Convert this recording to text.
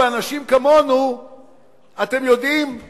למדנו מתוך הניסיון: כל פעם שאתם מרגישים שאתם לא ברוב,